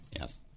Yes